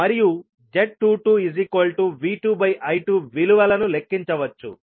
విలువలను లెక్కించవచ్చు